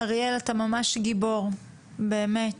א', אתה ממש גיבור - באמת.